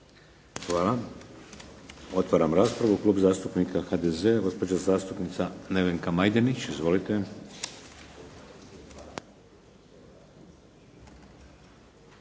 Hvala. Otvaram raspravu. Klub zastupnika HDZ-a. Gospođa zastupnica Nevenka Majdenić. Izvolite.